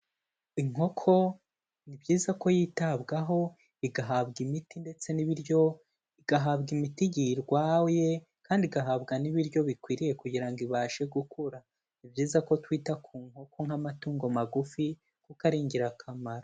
Inkoko ni byiza ko yitabwaho igahabwa imiti ndetse n'ibiryo, igahabwa imiti igihe irwaye, kandi igahabwa n'ibiryo bikwiriye kugira ngo ibashe gukura. Ni byiza ko twita ku nkoko nk'amatungo magufi kuko ari ingirakamaro.